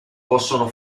possono